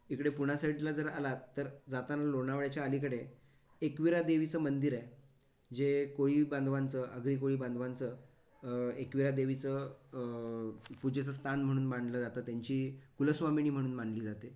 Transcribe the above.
इकडे पुना साईडला जर आलात तर जाताना लोणावळ्याच्या अलीकडे एकविरा देवीचं मंदिर आहे जे कोळी बांधवांचं आगरी कोळी बांधवांचं एकविरा देवीचं पूजेचं स्थान म्हणून मानलं जातं त्यांची कुलस्वामिनी म्हणून मानली जाते